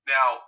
Now